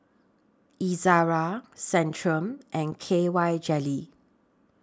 Ezerra Centrum and K Y Jelly